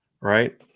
Right